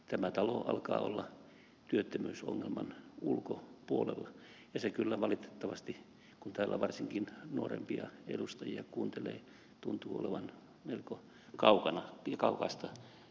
tämä talo alkaa olla työttömyysongelman ulkopuolella ja se kyllä valitettavasti kun täällä varsinkin nuorempia edustajia kuuntelee tuntuu olevan melko kaukaista todellisuutta